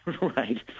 Right